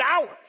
hours